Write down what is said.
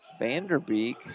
Vanderbeek